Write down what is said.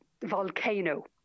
volcano